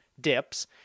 dips